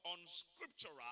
unscriptural